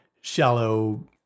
shallow